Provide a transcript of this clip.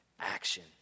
action